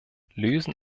lösen